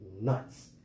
nuts